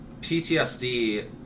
PTSD